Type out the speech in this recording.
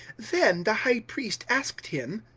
then the high priest asked him,